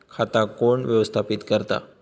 खाता कोण व्यवस्थापित करता?